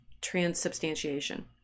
transubstantiation